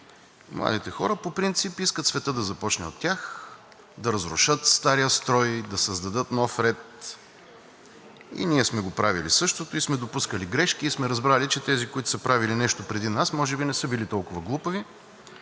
Младите хора по принцип искат светът да започне от тях, да разрушат стария строй, да създадат нов ред. И ние сме го правили същото, и сме допускали грешки, и сме разбрали, че тези, които са правили нещо преди нас, може би не са били толкова глупави.